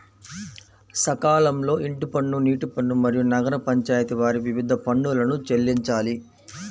సకాలంలో ఇంటి పన్ను, నీటి పన్ను, మరియు నగర పంచాయితి వారి వివిధ పన్నులను చెల్లించాలి